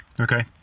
Okay